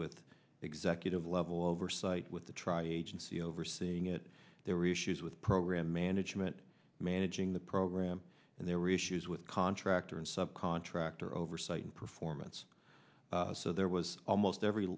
with executive level oversight with the tri agency overseeing it there were issues with program management managing the program and there were issues with contractor and subcontractor oversight and performance so there was almost every